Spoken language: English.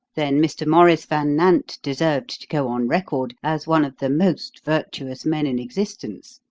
then mr. maurice van nant deserved to go on record as one of the most virtuous men in existence.